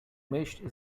myśl